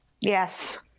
Yes